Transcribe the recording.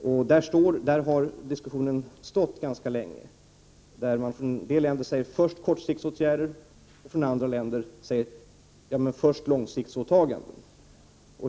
Ungefär där har diskussionen stått ganska länge. Från en del länder säger man: först kortsiktsåtgärder, från andra länder säger man: först långsiktiga åtaganden.